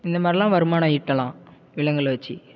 இந்தமாதிரிலாம் வருமானம் ஈட்டலாம் விலங்குகளை வச்சு